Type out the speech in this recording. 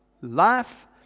Life